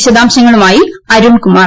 വിശദാംശങ്ങളുമായി അരുൺകുമാർ